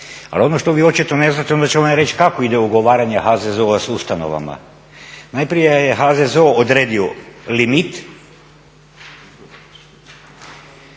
Ali ono što vi očito ne znate onda ću vam ja reći kako ide ugovaranje HZZO-a s ustanovama. Najprije je HZZO odredio limit